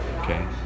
okay